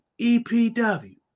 EPW